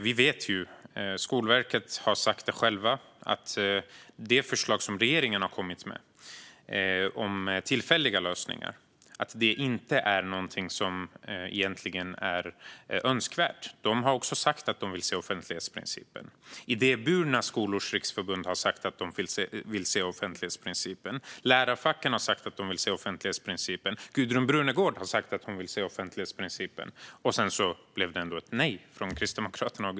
Vi vet ju, och Skolverket har sagt det själva, att det förslag som regeringen har kommit med om tillfälliga lösningar egentligen inte är någonting önskvärt. De har också sagt att de vill se offentlighetsprincipen. Idéburna skolors riksförbund har sagt att de vill se offentlighetsprincipen. Lärarfacken har sagt att de vill se offentlighetsprincipen. Även Gudrun Brunegård har sagt att hon vill se offentlighetsprincipen, men sedan blev det ändå ett nej från Kristdemokraterna.